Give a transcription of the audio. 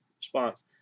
response